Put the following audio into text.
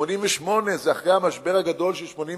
1988 זה אחרי המשבר הגדול של 1986,